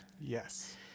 yes